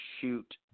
shoot